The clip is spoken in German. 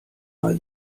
mal